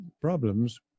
problems